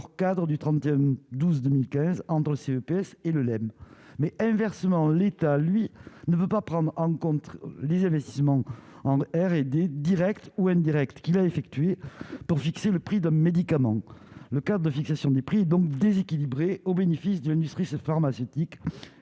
Khadr du 31 12 2015 entre CNPF et le l'M mais inversement, l'État lui ne veut pas prendre en compte les investissements en R et D, Directs ou indirects qui va effectuer pour fixer le prix d'un médicament, le cas de fixation des prix donc déséquilibré au bénéfice de l'industrie pharmaceutique et